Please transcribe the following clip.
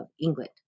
England